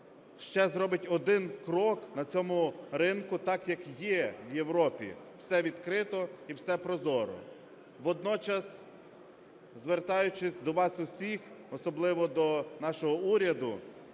ще зробить один крок на цьому ринку так, як є в Європі: все відкрито і все прозоро. Водночас, звертаючись до вас усіх, особливо до нашого уряду,